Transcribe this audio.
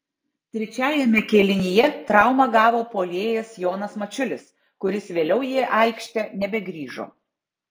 trečiajame kėlinyje traumą gavo puolėjas jonas mačiulis kuris vėliau į aikštę nebegrįžo